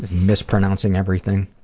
mispronounces everything